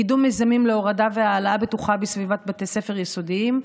קידום מיזמים להורדה והעלאה בטוחה בסביבת בתי ספר יסודיים,